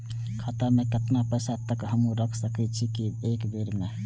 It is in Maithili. खाता में केतना पैसा तक हमू रख सकी छी एक बेर में?